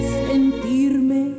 sentirme